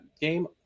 game